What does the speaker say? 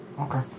Okay